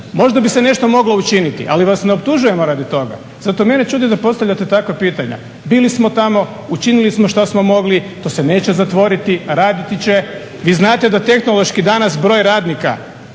možda bi se nešto moglo učiniti, ali vas ne optužujemo radi toga, zato mene čudi da postavljate takva pitanja. Bili smo tamo, učinili smo šta smo mogli, to se neće zatvoriti, raditi će. Vi znate da tehnološki danas broj radnika